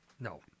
No